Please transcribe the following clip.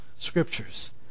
Scriptures